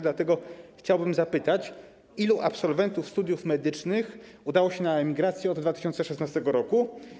Dlatego chciałbym zapytać: Ilu absolwentów studiów medycznych udało się na emigrację od 2016 r.